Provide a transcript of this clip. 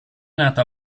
nata